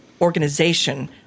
organization